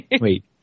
Wait